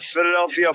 Philadelphia